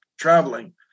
traveling